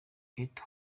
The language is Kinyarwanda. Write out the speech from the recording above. kato